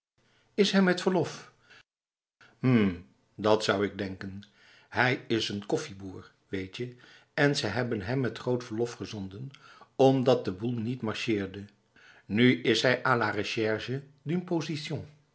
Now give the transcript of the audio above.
is hij met verlof hm dat zou ik denken hij is n kof eboer weetje en ze hebben hem met groot verlof gezonden omdat de boel niet marcheerde nu is hij a la recherche d'une position